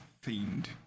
fiend